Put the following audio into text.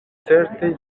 certe